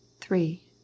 three